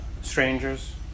strangers